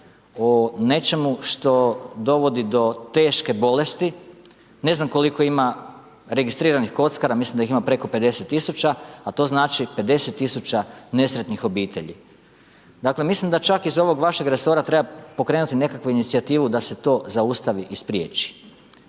o nečemu što dovodi do teške bolesti. Ne znam koliko ima registriranih kockara, mislim da ih ima preko 50000 a to znači 50000 nesretnih obitelji. Dakle, mislim da čak iz ovog vašeg resora treba pokrenuti nekakvu inicijativu da se to zaustavi i spriječi.